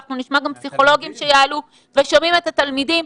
ואנחנו נשמע גם פםסיכולוגים שיעלו ושומעים את התלמידים,